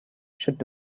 should